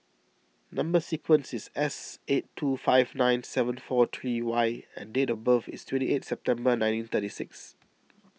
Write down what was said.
Number Sequence is S eight two five nine seven four three Y and date of birth is twenty eight September nineteen thirty six